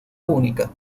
única